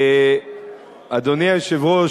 אדוני היושב-ראש,